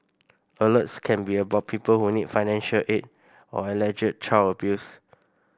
alerts can be about people who need financial aid or alleged child abuse